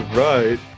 right